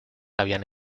habían